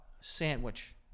Sandwich